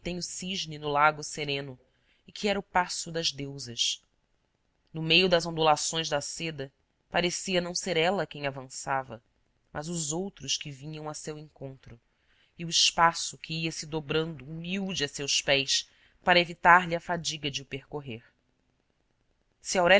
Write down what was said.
no lago sereno e que era o passo das deusas no meio das ondulações da seda parecia não ser ela quem avançava mas os outros que vinham a seu encontro e o espaço que ia-se dobrando humilde a seus pés para evitar lhe a fadiga de o percorrer se